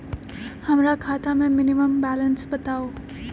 हमरा खाता में मिनिमम बैलेंस बताहु?